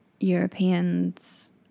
Europeans